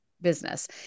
business